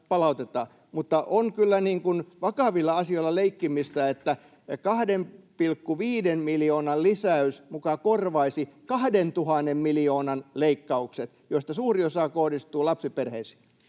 mutta on kyllä vakavilla asioilla leikkimistä, että 2,5 miljoonan lisäys muka korvaisi 2 000 miljoonan leikkaukset, joista suuri osa kohdistuu lapsiperheisiin.